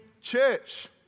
church